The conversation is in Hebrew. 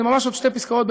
זה ממש עוד שתי פסקאות.